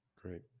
great